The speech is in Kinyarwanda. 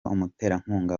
umuterankunga